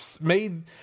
made